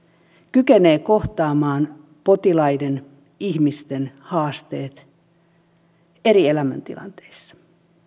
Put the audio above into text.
kykenee kohtaamaan potilaiden ihmisten haasteet eri elämäntilanteissa